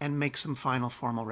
and make some final formal